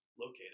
located